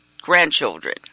grandchildren